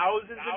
thousands